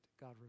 God